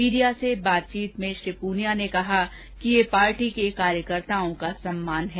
media से बातचीत में श्री पूनिया ने कहा कि यह पार्टी के कार्यकर्ताओं का सम्मान है